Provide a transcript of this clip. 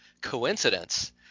coincidence